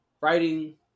writing